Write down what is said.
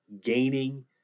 gaining